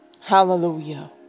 hallelujah